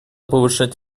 повышать